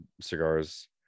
cigars